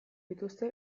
dituzte